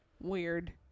Weird